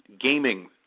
gaming